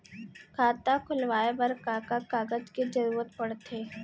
खाता खोलवाये बर का का कागज के जरूरत पड़थे?